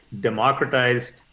democratized